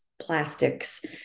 plastics